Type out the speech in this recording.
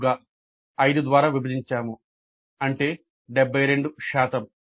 6 గా 5 ద్వారా విభజించాము అంటే 72 శాతం